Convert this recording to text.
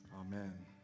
Amen